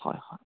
হয় হয়